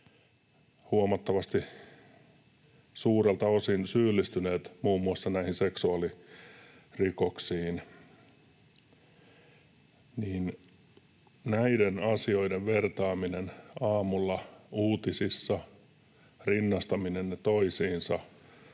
jotka ovat suurelta osin syyllistyneet muun muassa näihin seksuaalirikoksiin. Näiden asioiden vertaaminen aamulla uutisissa, rinnastaminen ne toisiinsa